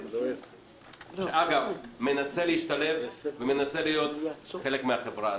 שאגב מנסה להשתלב ומנסה להיות חלק מהחברה הזאת.